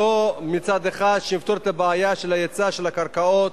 שלא מצד אחד נפתור את הבעיה של ההיצע של הקרקעות,